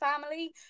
family